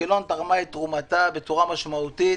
אשקלון תרמה את תרומתה בצורה משמעותית